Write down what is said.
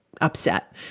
upset